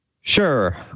Sure